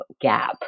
gap